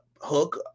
Hook